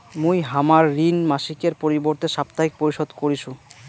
মুই হামার ঋণ মাসিকের পরিবর্তে সাপ্তাহিক পরিশোধ করিসু